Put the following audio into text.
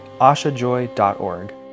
ashajoy.org